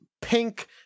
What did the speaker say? pink